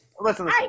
Listen